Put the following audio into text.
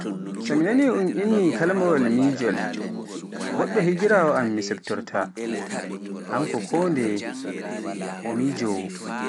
So mi naani un inni kalimawaal mijol, goɗɗo higiraawo am mi siftoroytaa, kanko kondeye o mijowoo.